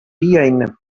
viajn